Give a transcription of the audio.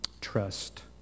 trust